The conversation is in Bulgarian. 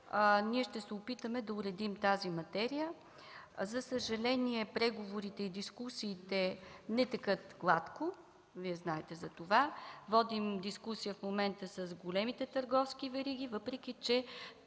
ще се опитаме да уредим тази материя. За съжаление, преговорите и дискусиите не текат гладко. Знаете за това. Водим дискусия в момента с големите търговски вериги, въпреки че